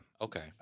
Okay